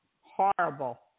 Horrible